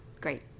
great